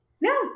No